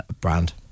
brand